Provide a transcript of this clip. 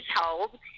held